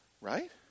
Right